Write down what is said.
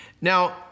Now